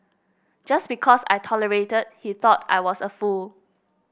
just because I tolerated he thought I was a fool